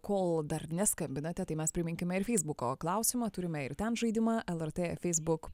kol dar neskambinate tai mes priminkime ir feisbuko klausimą turime ir ten žaidimą lrt facebook